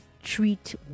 treat